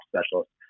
specialist